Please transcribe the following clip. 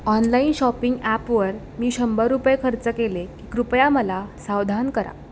online shopping ॲपवर मी शंभर रुपये खर्च केले की कृपया मला सावधान करा